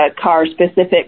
car-specific